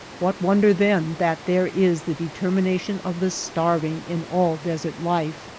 what wonder then that there is the determi nation of the starving in all desert life!